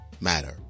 matter